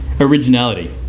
originality